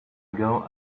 ago